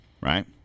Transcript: right